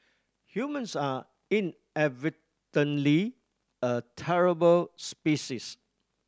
humans are inadvertently a terrible species